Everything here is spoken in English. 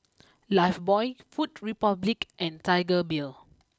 Lifebuoy food Republic and Tiger Beer